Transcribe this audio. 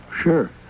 Sure